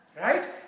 Right